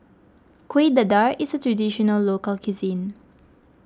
Kueh Dadar is a Traditional Local Cuisine